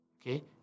Okay